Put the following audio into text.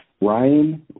Ryan